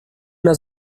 una